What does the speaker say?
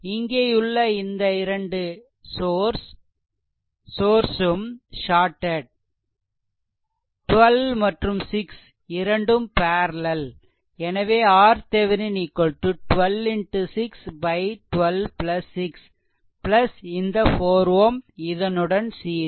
இங்கேயுள்ள இந்த இரண்டு சோர்ஸ் ம் ஷார்டெட் 12 மற்றும் 6 இரண்டும் பேரலெல் எனவே RThevenin 12 6 இந்த 4 Ω இதனுடன் சீரிஸ்